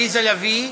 עליזה לביא,